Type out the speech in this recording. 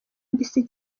mbisi